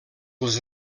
les